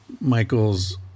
Michael's